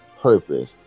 purpose